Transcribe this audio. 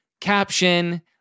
caption